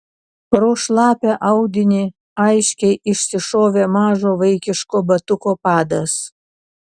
pro šlapią audinį aiškiai išsišovė mažo vaikiško batuko padas